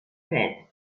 fred